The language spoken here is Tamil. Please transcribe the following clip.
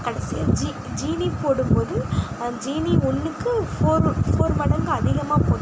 கடைசியாக ஜீ சீனி போடும்போது அந்த சீனி ஒன்றுக்கு ஃபோர் ஃபோர் மடங்கு அதிகமாக போட்டேன்